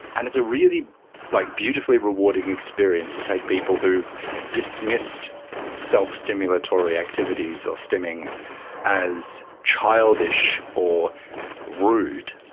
and it's a really like beautifully rewarding experience to take people who have dismissed self-stimulatory activities or stimming as childish or rude,